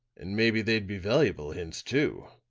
and maybe they'd be valuable hints, too.